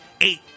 eight